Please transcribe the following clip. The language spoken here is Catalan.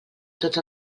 tots